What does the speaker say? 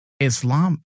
Islam